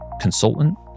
consultant